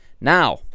Now